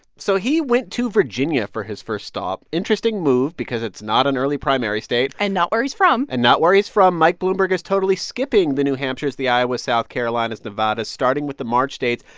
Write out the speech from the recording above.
so he went to virginia for his first stop interesting move because it's not an early primary state. and not where he's from. and not where he's from. mike bloomberg is totally skipping the new hampshires, the iowas, south carolinas, nevadas, starting with the march states.